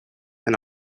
and